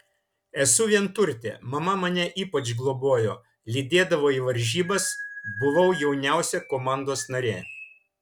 esu vienturtė mama mane ypač globojo lydėdavo į varžybas buvau jauniausia komandos narė